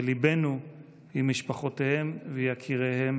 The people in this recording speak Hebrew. וליבנו עם משפחותיהם ויקיריהם